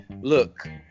Look